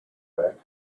back